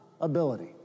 ability